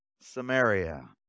samaria